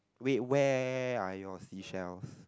wait where are your seashells